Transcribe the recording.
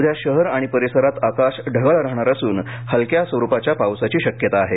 उद्या शहर आणि परिसरात आकाश ढगाळ राहणार असून हलक्या स्वरूपाच्या पावसाची शक्यता आहे